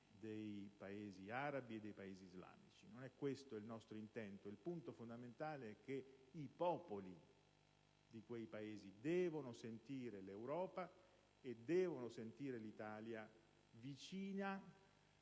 dei Paesi arabi e islamici. Non è questo il nostro intento. Il punto fondamentale è che i popoli di quei Paesi devono sentire l'Europa e l'Italia vicine,